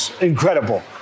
Incredible